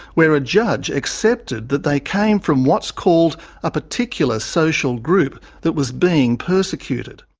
where a judge accepted that they came from what's called a particular social group that was being persecuted.